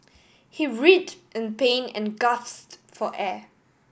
he writhed in pain and gasped for air